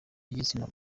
b’igitsina